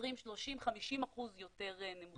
ב-2030 50% יותר נמוכה.